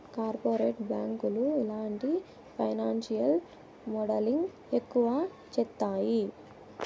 corporate బ్యాంకులు ఇలాంటి financial modelling ఎక్కువ చేత్తాయి